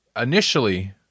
initially